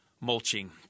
mulching